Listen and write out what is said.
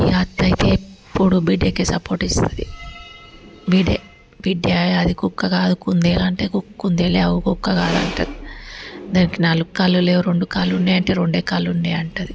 ఇక అత్త అయితే ఎప్పుడు బిడ్డకే సపోర్ట్ ఇస్తుంది బిడ్డే బిడ్డే అది కుక్క కాదు కుందేలు అంటే కుందేలే ఔ కుక్క కాదు అంటుంది దానికి నాలుగు కాళ్ళు లేవు రెండు కాళ్ళు ఉన్నాయి అంటే రెండే కాళ్ళే ఉన్నయి అంటుంది